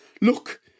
Look